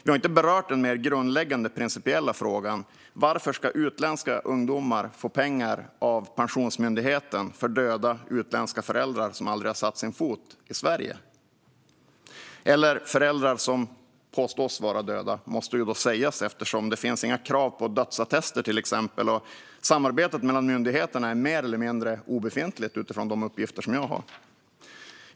Vi har inte berört den mer grundläggande principiella frågan: Varför ska utländska ungdomar få pengar från Pensionsmyndigheten för döda utländska föräldrar som aldrig har satt sin fot i Sverige? Det måste tyvärr också sägas att föräldrar kan påstås vara döda, för det finns inga krav på dödsattester, och samarbetet mellan myndigheterna är mer eller mindre obefintligt, enligt de uppgifter som jag har.